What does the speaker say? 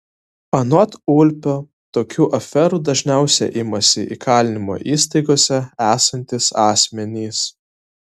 anot ulpio tokių aferų dažniausiai imasi įkalinimo įstaigose esantys asmenys